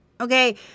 okay